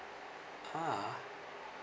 ah